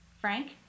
Frank